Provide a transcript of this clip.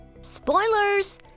Spoilers